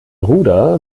ruder